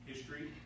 history